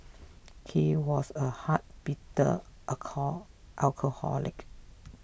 he was a hard bitter alcohol alcoholic